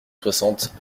soixante